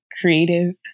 creative